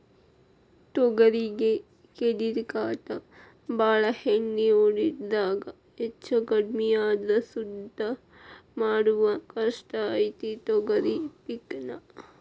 ತೊಗರಿಗೆ ಕೇಡಿಕಾಟ ಬಾಳ ಎಣ್ಣಿ ಹೊಡಿದ್ರಾಗ ಹೆಚ್ಚಕಡ್ಮಿ ಆದ್ರ ಸುದ್ದ ಮಾಡುದ ಕಷ್ಟ ಐತಿ ತೊಗರಿ ಪಿಕ್ ನಾ